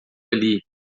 ali